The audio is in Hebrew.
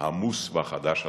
העמוס והחדש הזה.